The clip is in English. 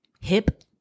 hip